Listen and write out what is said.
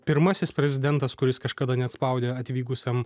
pirmasis prezidentas kuris kažkada net spaudė atvykusiam